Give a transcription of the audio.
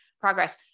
progress